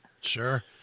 Sure